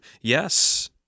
Yes